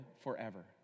forever